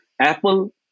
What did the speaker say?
Apple